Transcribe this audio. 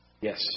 yes